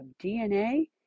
DNA